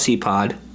Pod